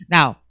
Now